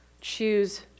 choose